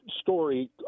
story